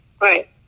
Right